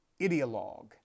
ideologue